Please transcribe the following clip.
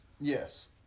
yes